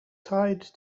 tied